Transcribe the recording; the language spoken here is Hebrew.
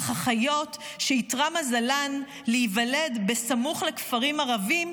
אך החיות שאיתרע מזלן להיוולד סמוך לכפרים ערבים,